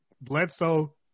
Bledsoe